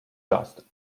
dust